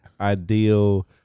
ideal-